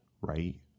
Right